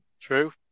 True